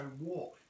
walk